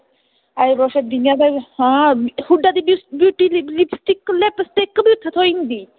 आं आयो तुस सर्दियें आं लिपस्टिक बी उत्थें थ्होई जंदी